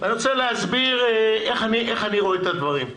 אני רוצה להסביר איך אני רואה את הדברים.